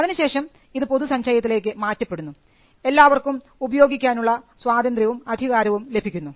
അതിനു ശേഷം ഇത് പൊതുസഞ്ചയത്തിലേക്ക് മാറ്റപ്പെടുന്നു എല്ലാവർക്കും ഉപയോഗിക്കാനുള്ള അധികാരവും സ്വാതന്ത്ര്യവും ലഭിക്കുന്നു